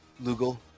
Lugal